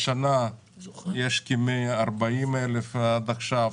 השנה יש כ-140,000 עד עכשיו,